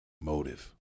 motive